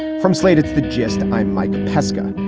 from slate's the gist. i'm mike pesca.